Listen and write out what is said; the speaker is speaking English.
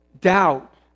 doubt